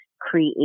create